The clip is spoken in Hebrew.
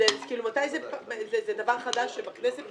- כאילו זה דבר חדש שבכנסת,